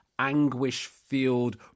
anguish-filled